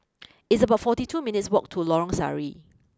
it's about forty two minutes' walk to Lorong Sari